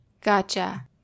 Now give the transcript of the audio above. Gotcha